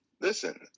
Listen